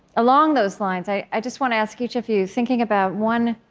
along those lines, i just want to ask each of you, thinking about one